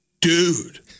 Dude